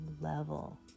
level